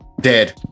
Dead